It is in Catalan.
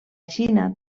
xina